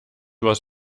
was